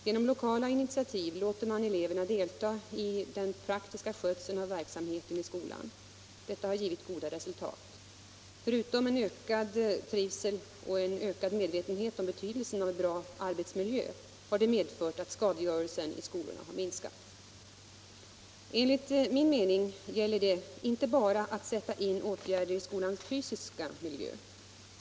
Genom lokala initiativ låter man eleverna delta i den praktiska skötseln av verksamheten i skolan. Detta har givit goda resultat. Förutom en ökad trivsel och en ökad medvetenhet om betydelsen av en bra arbetsmiljö har det medfört att skadegörelsen i skolorna minskat. Enligt min mening gäller det inte bara att sätta in åtgärder i skolans fysiska miljö.